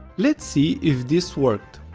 let's see if this worked.